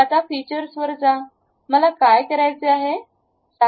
आता फीचर्सवर जा मला काय करायचे आहे